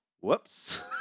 whoops